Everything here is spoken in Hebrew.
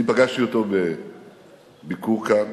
אני פגשתי אותו בביקור כאן